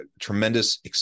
tremendous